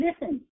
Listen